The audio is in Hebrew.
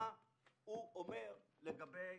מה הוא אומר לגבי